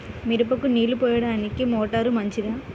మిరపకు నీళ్ళు పోయడానికి మోటారు మంచిదా?